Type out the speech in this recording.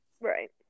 right